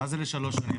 מה זה לשלוש שנים,